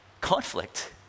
conflict